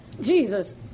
Jesus